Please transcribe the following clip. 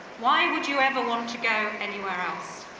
why would you ever want to go anywhere else?